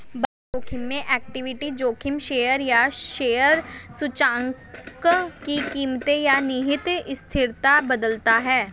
बाजार जोखिम में इक्विटी जोखिम शेयर या शेयर सूचकांक की कीमतें या निहित अस्थिरता बदलता है